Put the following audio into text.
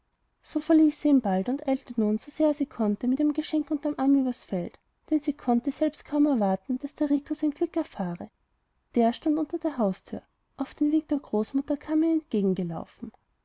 so verließ sie ihn bald und eilte nun so sehr sie konnte mit ihrem geschenk unter dem arm übers feld denn sie konnte selbst kaum erwarten daß der rico sein glück erfahre der stand unter der haustür auf den wink der großmutter kam er ihr